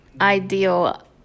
ideal